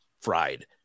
fried